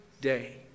day